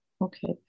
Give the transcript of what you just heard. Okay